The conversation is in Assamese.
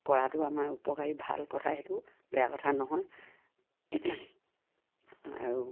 কৰাটো আমাৰ উপকাৰী ভাল কথা সেইটো বেয়া কথা নহয় আৰু